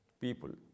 people